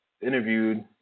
interviewed